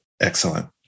Excellent